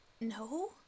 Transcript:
No